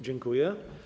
Dziękuję.